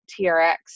TRX